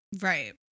Right